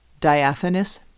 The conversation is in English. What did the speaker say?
Diaphanous